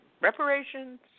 reparations